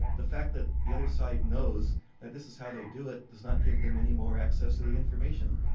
the fact that the other side knows that this is how they do it, does not give them any more access to the information.